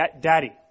daddy